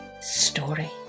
Story